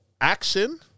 action